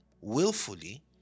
willfully